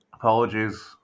Apologies